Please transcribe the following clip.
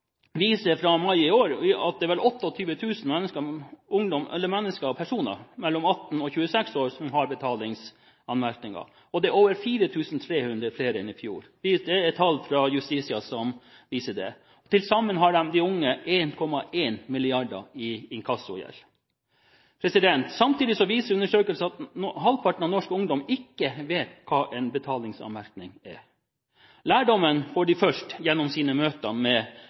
vi ser fortsatt øker, særlig blant unge voksne. Inkassokrav og gjeld er en fryktelig dårlig start på voksenlivet. Av den grunn er det viktig at vi setter denne problemstillingen på den politiske dagsordenen så ofte vi kan. Tall fra mai i år viser at det er vel 28 000 personer mellom 18 og 26 år som har betalingsanmerkninger. Det er over 4 300 flere enn i fjor. Tall fra Justitia viser det. Til sammen har de unge 1,1 mrd. kr i inkassogjeld. Samtidig viser undersøkelsen at halvparten av norsk ungdom ikke vet hva